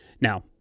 Now